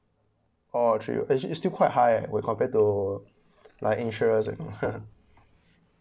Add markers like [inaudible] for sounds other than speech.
orh three uh is is still quite high if we compared to like insurance [laughs]